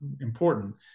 important